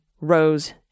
Rose